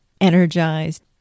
energized